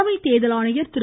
தலைமை தேர்தல் ஆணையர் திரு